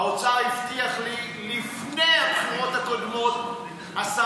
האוצר הבטיח לי לפני הבחירות הקודמות 10